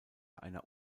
einer